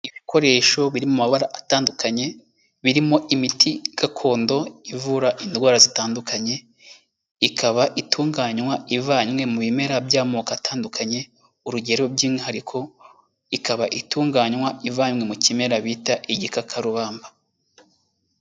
Ibikoresho biri mu mabara atandukanye birimo imiti gakondo ivura indwara zitandukanye, ikaba itunganywa ivanywe mu bimera by'amoko atandukanye, urugero by'umwihariko ikaba itunganywa ivanywe mu kimera bita igikakarubamba.